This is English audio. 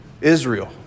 Israel